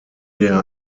der